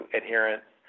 adherence